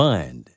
Mind